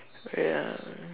wait ah